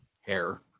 hair